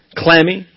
clammy